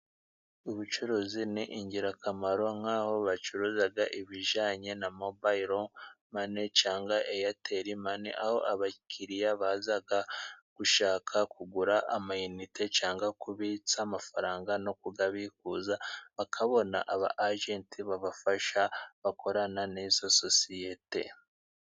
Ubucuruzi ni ingirakamaro nk'aho bacuruza ibijyanye na mobayilo mani, cyangwa eyateli mani ,aho abakiriya baza gushaka kugura amayinite cyangwa kubitsa amafaranga ,no kubikuza bakabona aba ajenti babafasha ,bakorana n'izo sosiyete.